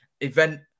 event